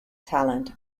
talent